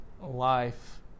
life